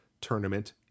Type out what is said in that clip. tournament